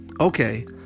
Okay